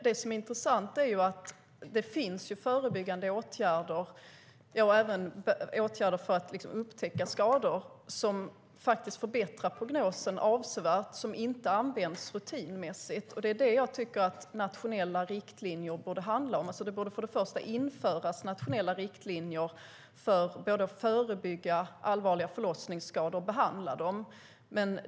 Det som är intressant är att det finns förebyggande åtgärder och även åtgärder för att upptäcka skador som förbättrar prognosen avsevärt som inte används rutinmässigt. Det är vad nationella riktlinjer borde handla om. Det borde för det första införas nationella riktlinjer för att både förebygga allvarliga förlossningsskador och behandla dem.